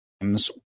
games